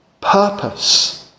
purpose